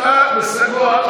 אחמד, תישאר שם.